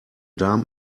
darm